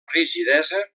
rigidesa